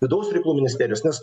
vidaus reikalų ministerijos nes